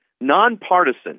nonpartisan